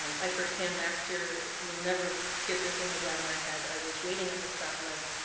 um i firsthand last year, will never get this image out of my head. i was waiting at the stop light.